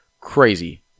Crazy